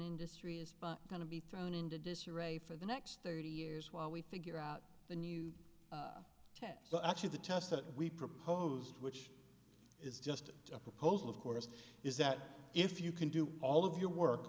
industry is going to be thrown into disarray for the next thirty years while we figure out the new test but actually the test that we proposed which is just a proposal of course is that if you can do all of your work